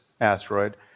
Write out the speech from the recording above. asteroid